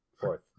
fourth